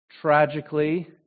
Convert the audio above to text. tragically